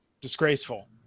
disgraceful